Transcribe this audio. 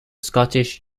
scottish